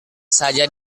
saja